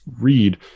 read